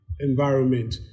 environment